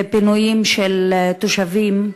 ופינויים של תושבים,